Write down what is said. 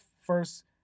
first